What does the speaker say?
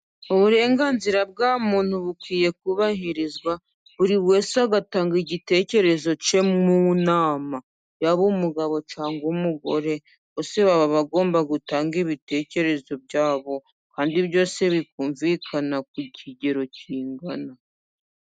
Uburenganzira bwa muntu bukwiye kubahirizwa buri wese agatanga igitekerezo cye mu nama, yaba umugabo cyangwa se umugore bose baba bagomba gutanga ibitekerezo byabo, kandi byose bikumvikana ku kigero kingana.